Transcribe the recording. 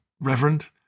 reverend